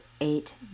eight